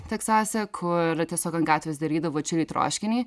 teksase kur tiesiog ant gatvės darydavo čili troškinį